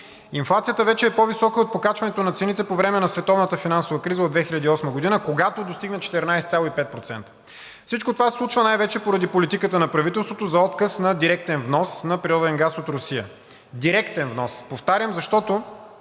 Инфлацията вече е по-висока от покачването на цените по време на Световната финансова криза от 2008 г., когато достигна 14,5%. Всичко това се случва най-вече поради политиката на правителството за отказ на директен внос на природен газ от Русия. Директен внос, повтарям, защото,